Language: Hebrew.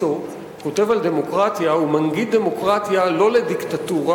לאיום על הדמוקרטיה שממשלת נתניהו מייצגת יש גם זרוע שנייה,